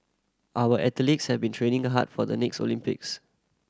our athletes have been training a hard for the next Olympics